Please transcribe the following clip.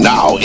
Now